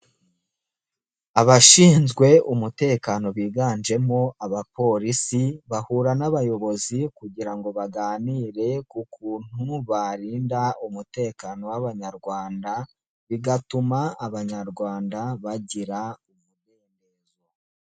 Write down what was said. Abashinzwe umutekano biganjemo abapolisi, bahura n'abayobozi kugira ngo baganire ku kuntu bari umutekano w'abanyarwanda, bigatuma abanyarwanda bagira umudendezo.